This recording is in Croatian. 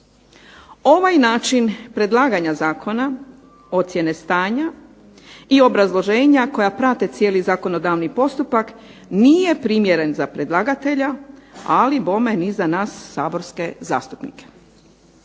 Ovaj način predlaganja zakona, ocjene stanja i obrazloženja koja prate cijeli zakonodavni postupak nije primjeren za predlagatelja, ali bome ni za nas saborske zastupnike.